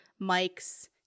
mics